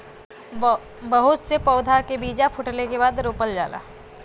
बहुत से पउधा के बीजा फूटले के बादे रोपल जाला